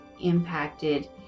impacted